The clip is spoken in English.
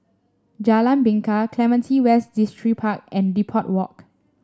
Jalan Bingka Clementi West Distripark and Depot Walk